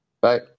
bye